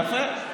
יפה.